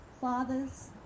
fathers